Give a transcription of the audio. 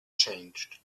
changed